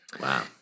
Wow